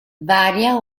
varia